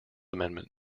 amendment